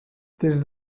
des